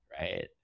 right